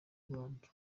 rwanda